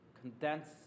condense